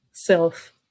self